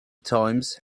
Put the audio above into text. times